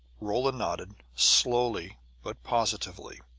rolla nodded, slowly but positively.